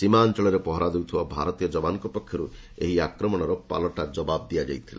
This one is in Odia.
ସୀମା ଅଞ୍ଚଳରେ ପହରା ଦେଉଥିବା ଭାରତୀୟ ଯବାନମାନଙ୍କ ପକ୍ଷରୁ ଏହି ଆକ୍ରମଣ ପାଲଟା ଜବାବ ଦିଆଯାଇଥିଲା